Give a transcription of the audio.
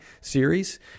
series